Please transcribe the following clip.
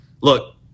look